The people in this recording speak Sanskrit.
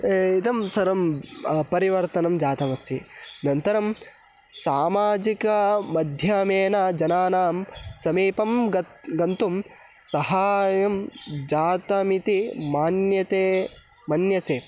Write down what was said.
इदं सर्वं परिवर्तनं जातमस्ति अनन्तरं सामाजिकमाध्यमेन जनानां समीपं गतं गन्तुं सहायं जातमिति मन्यते मन्यते